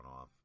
off